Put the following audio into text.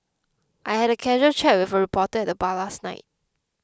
I had a casual chat with a reporter at the bar last night